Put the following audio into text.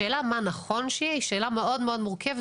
השאלה מה נכון שיהיה היא שאלה מאוד מורכבת.